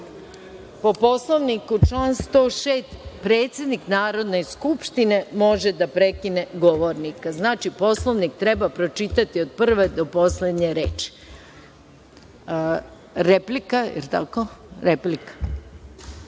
Poslovniku, član 106: „predsednik Narodne skupštine može da prekine govornika“. Znači, Poslovnik treba pročitati od prve do poslednje reči. Replika. Izvolite. Reč ima